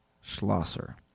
Schlosser